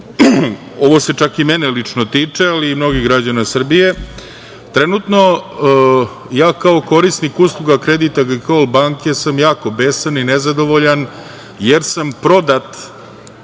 ovo se čak i mene lično tiče, ali i mnogih građana Srbije. Trenutno ja kao korisnik usluga „Credit Agricole Banke“ sam jako besan i nezadovoljan, jer sam prodat